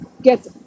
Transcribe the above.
get